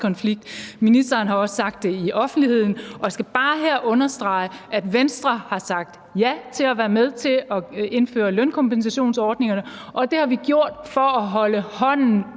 og ministeren har også sagt det i offentligheden. Jeg skal bare her understrege, at Venstre har sagt ja til at være med til at indføre lønkompensationsordningerne, og det har vi gjort for at holde hånden